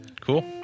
Cool